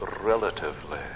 relatively